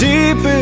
Deep